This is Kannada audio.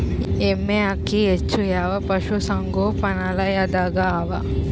ಎಮ್ಮೆ ಅಕ್ಕಿ ಹೆಚ್ಚು ಯಾವ ಪಶುಸಂಗೋಪನಾಲಯದಾಗ ಅವಾ?